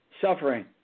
suffering